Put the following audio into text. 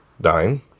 dying